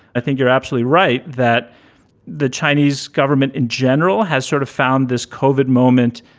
i think you're absolutely right that the chinese government in general has sort of found this koven moment,